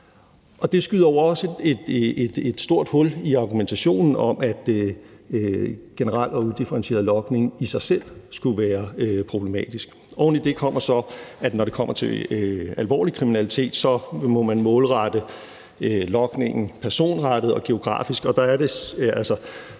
det skyder jo også et stort hul i argumentationen om, at generel og udifferentieret logning i sig selv skulle være problematisk. Oven i det kommer så, at når det kommer til alvorlig kriminalitet, må man målrette logningen personrettet og geografisk,